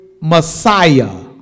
Messiah